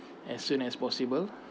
as soon as possible